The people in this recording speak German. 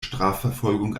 strafverfolgung